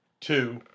two